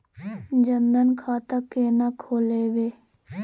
जनधन खाता केना खोलेबे?